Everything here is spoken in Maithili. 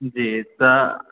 जी तऽ